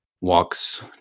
walks